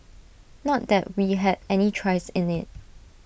not that we had any choice in IT